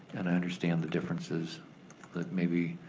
and i understand the differences that maybe